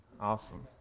awesome